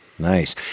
Nice